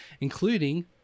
including